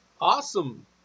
Awesome